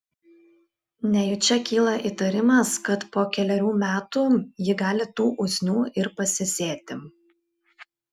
nejučia kyla įtarimas kad po kelerių metų ji gali tų usnių ir pasisėti